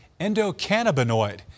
endocannabinoid